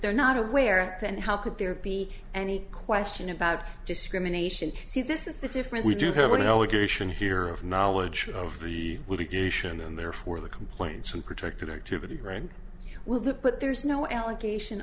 they're not aware and how could there be any question about discrimination see this is the difference we do have an allegation here of knowledge of the litigation and therefore the complaint should protected activity very well that but there's no allegation